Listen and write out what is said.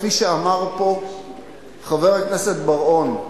כפי שאמר פה חבר הכנסת בר-און,